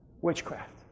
witchcraft